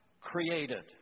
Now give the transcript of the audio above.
created